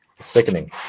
sickening